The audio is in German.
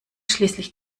schließlich